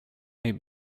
may